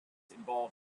involve